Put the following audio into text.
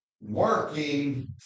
working